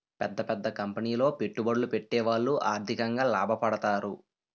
పెద్ద పెద్ద కంపెనీలో పెట్టుబడులు పెట్టేవాళ్లు ఆర్థికంగా లాభపడతారు